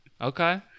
okay